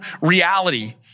reality